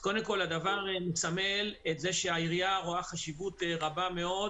קודם כל הדבר מסמל את זה שהעירייה רואה חשיבות רבה מאוד